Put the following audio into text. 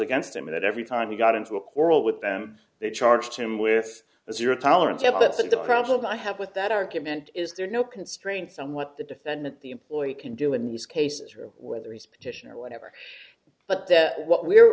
against him and every time he got into a quarrel with them they charged him with a zero tolerance level that's the problem i have with that argument is there are no constraints on what the defendant the employee can do in these cases whether he's petition or whatever but that is what we're